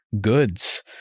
goods